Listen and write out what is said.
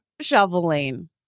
shoveling